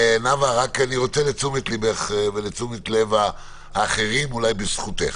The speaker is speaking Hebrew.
לתשומת לבך ולתשומת לב האחרים אולי בזכותך,